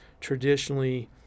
traditionally